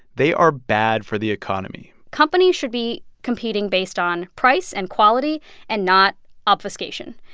they are bad for the economy companies should be competing based on price and quality and not obfuscation.